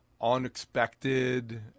unexpected